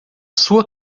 sua